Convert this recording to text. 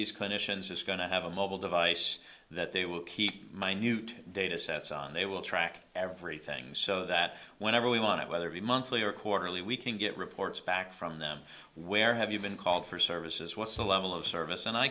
these clinicians is going to have a mobile device that they will keep minute data sets on they will track everything so that whenever we want it whether the monthly or quarterly we can get reports back from them where have you been called for services what's the level of service and i